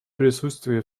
присутствие